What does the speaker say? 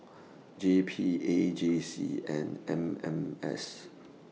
J P A J C and M M S